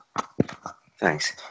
Thanks